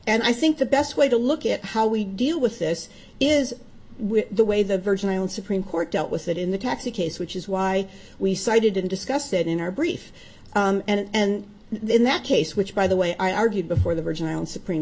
and i think the best way to look at how we deal with this is the way the virgin islands supreme court dealt with that in the taxi case which is why we cited and discussed it in our brief and in that case which by the way i argued before the virgin islands supreme